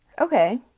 Okay